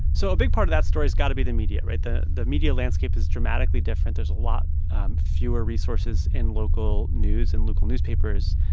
so a big part of that story has got to be the media, right? the the media landscape is dramatically different. there's a lot fewer resources in local news in local newspapers,